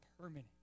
permanent